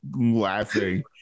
laughing